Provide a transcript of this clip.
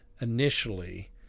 initially